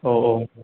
औ औ